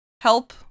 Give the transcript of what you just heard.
help